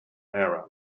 era